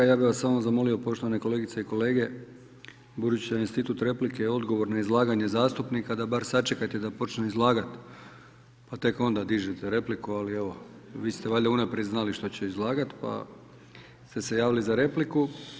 Ja bih vas samo zamolio, poštovane kolegice i kolege, budući da je institut replike i odgovor na izlaganje zastupnika, bar sačekajte da počne izlagat, pa tek onda dižite repliku, ali evo, vi ste valjda unaprijed znali što će izlagati, pa ste se javili za repliku.